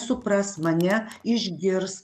supras mane išgirs